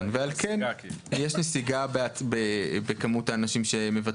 כפיקדון עבור הדורות הבאים שגם זכאים לסביבה נקייה,